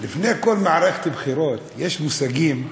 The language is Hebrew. לפני כל מערכת בחירות יש מושגים שפוליטיקאים,